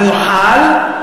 המיוחל,